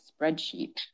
spreadsheet